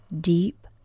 deep